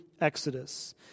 Exodus